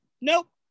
Nope